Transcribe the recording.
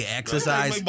exercise